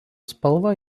spalva